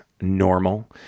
normal